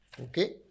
Okay